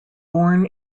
born